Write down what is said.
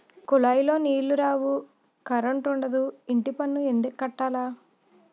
కులాయిలో నీలు రావు కరంటుండదు ఇంటిపన్ను ఎందుక్కట్టాల